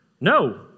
No